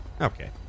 Okay